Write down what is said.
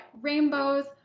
rainbows